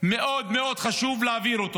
שמאוד מאוד חשוב להעביר.